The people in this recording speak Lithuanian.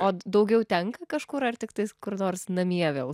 o daugiau tenka kažkur ar tiktais kur nors namie vėl